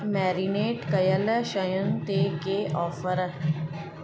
marinate कयल शयुनि ते के ऑफर